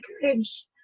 courage